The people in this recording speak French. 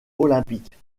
olympique